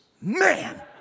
Man